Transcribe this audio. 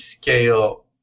scale